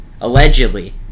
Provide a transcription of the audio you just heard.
allegedly